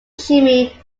jimmy